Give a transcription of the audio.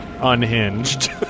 unhinged